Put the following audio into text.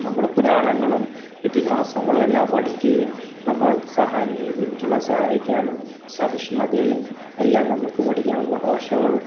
നമ്മൾ പുരാണങ്ങളും ഇതിഹാസങ്ങളും എല്ലാം പഠിക്കുകയും നമ്മൾ സഹാനുഭൂതിയും മറ്റുള്ള സഹായിക്കാനും സഹിഷ്ണുതയും എല്ലാം നമുക്ക് പഠിക്കാം നമ്മൾ ഭാഷകൾ